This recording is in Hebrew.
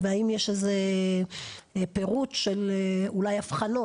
והאם יש פירוט של אולי אבחנות?